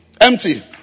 empty